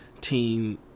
team